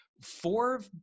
four